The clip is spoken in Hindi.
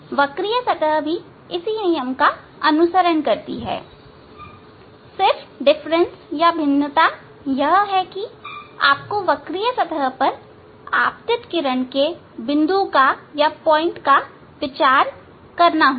वक्रीय सतह भी इसी नियम का अनुसरण करता है सिर्फ भिन्नता यह है कि आपको वक्रीय सतह पर आपतित किरण के बिंदु का विचार करना होगा